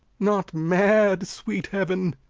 not mad, sweet heaven!